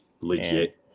legit